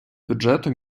бюджету